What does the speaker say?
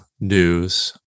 news